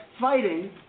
fighting